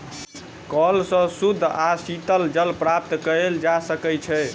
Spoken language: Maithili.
कअल सॅ शुद्ध आ शीतल जल प्राप्त कएल जा सकै छै